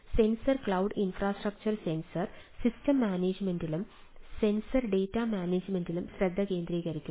sensor cloud infrastructure sensor system മാനേജുമെന്റിലും sensor data മാനേജുമെന്റിലും ശ്രദ്ധ കേന്ദ്രീകരിക്കുന്നു